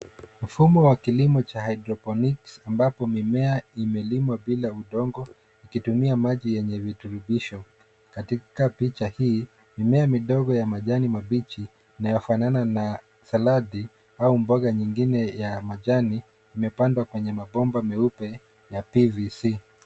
Mfumo wa kilimo cha hydroponics ambapo mimea imelimwa bila udongo ikitumia maji yenye viturubisho. Katika picha hii mimea midogo ya majani mabichi inayofanana na saladi au mboga nyingine ya majani imepandwa kwenye mabomba meupe ya pvc .